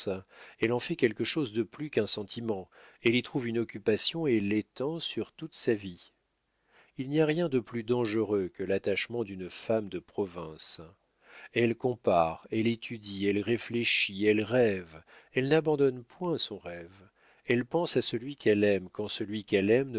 elle en fait quelque chose de plus qu'un sentiment elle y trouve une occupation et l'étend sur toute sa vie il n'y a rien de plus dangereux que l'attachement d'une femme de province elle compare elle étudie elle réfléchit elle rêve elle n'abandonne point son rêve elle pense à celui qu'elle aime quand celui qu'elle aime